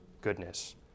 goodness